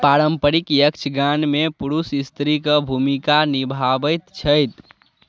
पारम्परिक यक्षगानमे पुरुष स्त्री कऽ भूमिका निभाबैत छथि